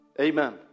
Amen